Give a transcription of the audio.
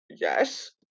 yes